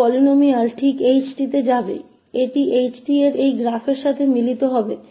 बहुपद ठीक इस h𝑡 पर जाता है यह ℎ𝑡 के इस ग्राफ के साथ मिल जाएगा